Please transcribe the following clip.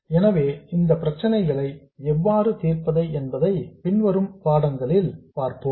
எனவே இந்த பிரச்சனைகளை எவ்வாறு தீர்ப்பது என்பதை பின்வரும் பாடங்களில் பார்ப்போம்